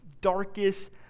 darkest